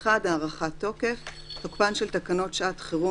הארכת תוקף 1. תוקפן של תקנות שעת חירום